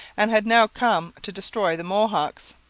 and had now come to destroy the mohawks.